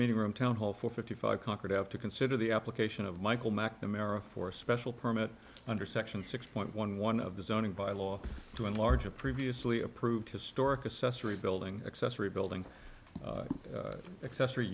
meeting room town hall fifty five conquered have to consider the application of michael mcnamara for a special permit under section six point one one of the zoning by law to enlarge a previously approved historic assessor rebuilding accessory building accessory